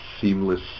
seamless